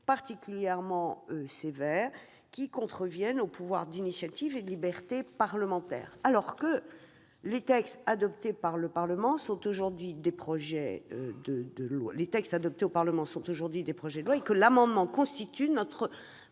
particulièrement sévères qui contreviennent au pouvoir d'initiative et à la liberté des parlementaires, alors que les textes adoptés par le Parlement sont aujourd'hui majoritairement des projets de loi et que l'amendement constitue notre